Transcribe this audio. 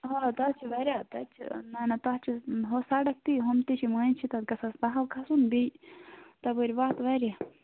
آ تَتہِ چھِ واریاہ تَتہِ چھِ نہَ نہَ تَتھ چھِ ہُو سَڑک تہِ ہُم تہِ چھِ مٔنٛزۍ تہِ چھِ تَتھ گژھان سہل کھَسُن بیٚیہِ تَپٲرۍ وَتھ واریاہ